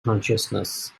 consciousness